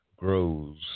grows